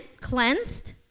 cleansed